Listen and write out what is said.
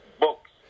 books